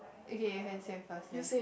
okay you can save first then